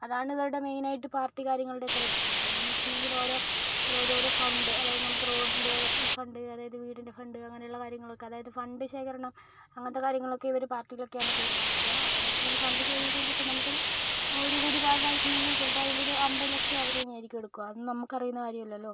അതാണിവരുടെ മെയ്നായിട്ടും പാർട്ടി കാര്യങ്ങളുടെ ഒക്കെ ലക്ഷ്യം പിന്നേന്ന് വച്ചിട്ടുണ്ടെങ്കിൽ ഓരോ അതായത് ഓരോ ഫണ്ട് അതായത് നമുക്ക് റോഡിൻ്റെ ഫണ്ട് അതായത് വീടിൻ്റെ ഫണ്ട് അങ്ങനെയുള്ള കാര്യങ്ങളൊക്കെ അതായത് ഫണ്ട് ശേഖരണം അങ്ങനത്തെ കാര്യങ്ങളൊക്കെ ഇവര് പാർട്ടിലൊക്കെയാണ് തീരുമാനിക്കുക അപ്പോഴെന്ന് വെച്ചിട്ടുണ്ടെങ്കിൽ ഫണ്ട് ശേഖരിക്കുക എന്ന് വെച്ചിട്ടുണ്ടെങ്കിൽ ഇപ്പം നമുക്കൊരു ഒരു കോടി പാസ്സായിട്ടുണ്ടെങ്കിൽ ചിലപ്പം അതിലൊരു അൻപത് ലക്ഷം അവര് തന്നെയായിരിക്കും എടുക്കുക അത് നമുക്കറിയാവുന്ന കാര്യം അല്ലല്ലോ